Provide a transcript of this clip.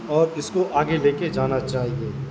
اور اس کو آگے لے کے جانا چاہیے